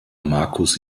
marcus